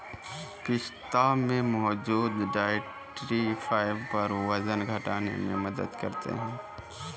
पिस्ता में मौजूद डायट्री फाइबर वजन घटाने में मदद करते है